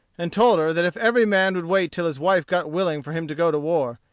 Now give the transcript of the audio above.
and told her that if every man would wait till his wife got willing for him to go to war,